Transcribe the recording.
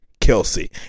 Kelsey